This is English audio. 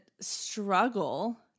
struggle